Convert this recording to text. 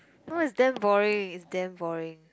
no it's damn boring it's damn boring